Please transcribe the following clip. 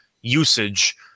usage